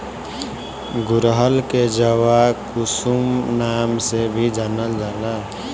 गुड़हल के जवाकुसुम नाम से भी जानल जाला